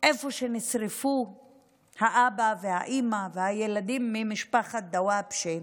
איפה שנשרפו האבא והאימא והילדים ממשפחת דוואבשה,